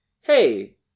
hey